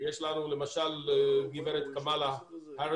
ויש לנו למשל את גב' קמילה האריס,